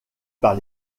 par